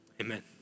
Amen